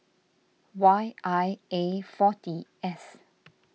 Y I A forty S